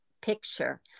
picture